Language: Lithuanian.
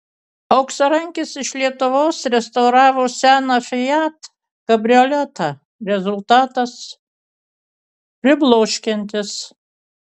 auksarankis iš lietuvos restauravo seną fiat kabrioletą rezultatas pribloškiantis